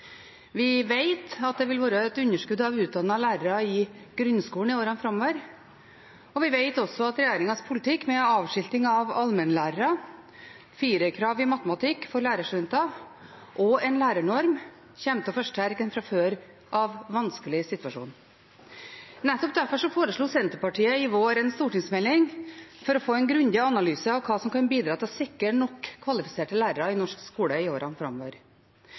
Vi vet at det vil være et underskudd av utdannete lærere i grunnskolene i årene framover, og vi vet også at regjeringens politikk med avskilting av allmennlærere, et firerkrav i matematikk for lærerstudenter og en lærernorm kommer til å forsterke en fra før av vanskelig situasjon. Nettopp derfor foreslo Senterpartiet i vår en stortingsmelding for å få en grundig analyse av hva som kan bidra til å sikre nok kvalifiserte lærere i norsk skole i årene framover.